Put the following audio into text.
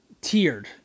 tiered